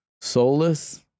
soulless